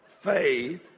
Faith